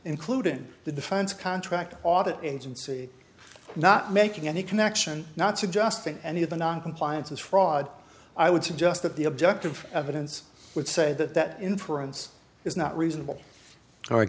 including the defense contractor audit agency not making any connection not suggesting any of the noncompliance is fraud i would suggest that the objective evidence would say that that inference is not reasonable or